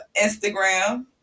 Instagram